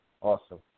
awesome